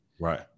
Right